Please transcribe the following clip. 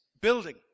building